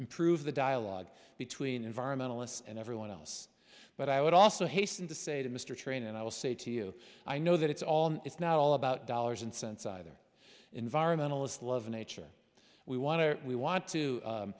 improve the dialogue between environmentalists and everyone else but i would also hasten to say to mr train and i will say to you i know that it's all it's not all about dollars and cents either environmentalist love nature we want to or we want to